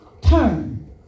Turn